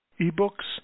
e-books